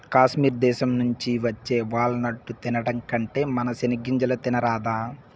కాశ్మీర్ దేశం నుంచి వచ్చే వాల్ నట్టు తినడం కంటే మన సెనిగ్గింజలు తినరాదా